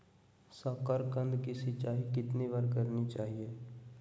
साकारकंद की सिंचाई कितनी बार करनी चाहिए?